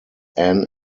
ann